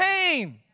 pain